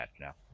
now